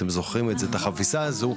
אתם זוכרים את החפיסה הזו,